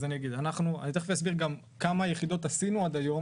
אני תכף אסביר כמה יחידות עשינו עד היום